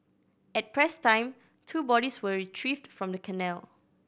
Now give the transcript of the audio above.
at press time two bodies were retrieved from the canal